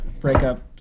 breakup